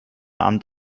amt